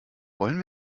wollen